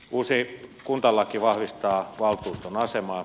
uusi kuntalaki vahvistaa valtuuston asemaa